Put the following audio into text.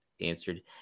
answered